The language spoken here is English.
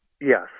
Yes